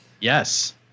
Yes